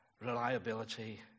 reliability